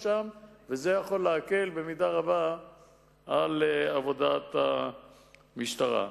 וזה יכול להקל במידה רבה את עבודת המשטרה.